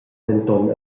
denton